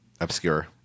obscure